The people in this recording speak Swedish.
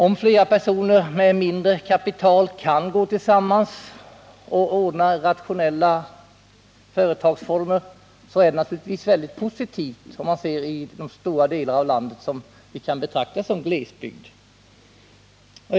Om flera personer med mindre kapital kan gå tillsammans och ordna rationella företagsformer, så är det naturligtvis mycket positivt i de stora delar av landet som vi kan betrakta som glesbygd.